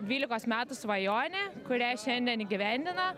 dvylikos metų svajonė kurią šiandien įgyvendina